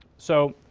so